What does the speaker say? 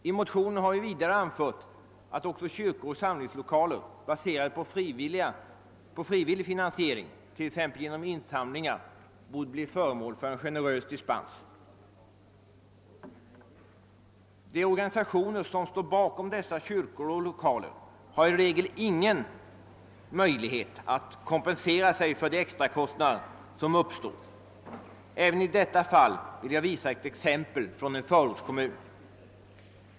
I motionen har vi vidare anfört att också kyrkor och samlingslokaler, baserade på frivillig finansiering, t.ex. genom insamlingar, borde bli föremål för en generös dispens. De organisationer som står bakom dessa kyrkor och samlingslokaler har i regel ingen möjlighet att kompensera sig för de extrakostnader som uppstår. Även i detta fall vill jag visa ett exempel från en förortskommun.